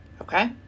okay